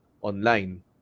online